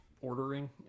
ordering